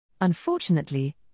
Unfortunately